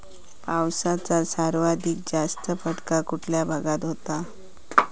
पावसाचा सर्वाधिक जास्त फटका कुठल्या भागात होतो?